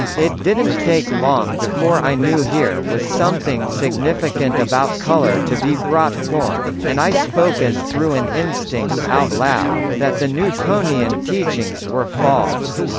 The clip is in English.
it didn't take long before i knew here was something significant about colour to be brought forth, and i spoke as through an instinct out loud, that the newtonian teachings were false.